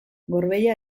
gorbeia